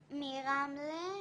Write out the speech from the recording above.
מרמלה,